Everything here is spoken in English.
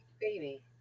Baby